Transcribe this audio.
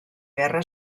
guerra